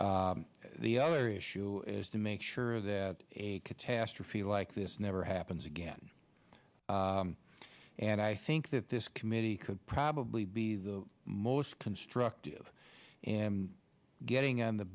properly the other issue is to make sure that a catastrophe like this never happens again and i think that this committee could probably be the most constructive getting on the